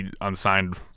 unsigned